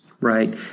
right